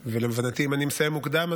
להבנתי אם אני מסיים מוקדם,